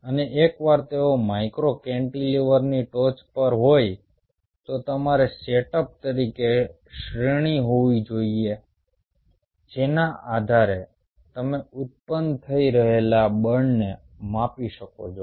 અને એકવાર તેઓ માઇક્રો કેન્ટિલિવરની ટોચ પર હોય તો તમારે સેટઅપ તરીકે શ્રેણી હોવી જોઈએ જેના આધારે તમે ઉત્પન્ન થઈ રહેલા બળને માપી શકો છો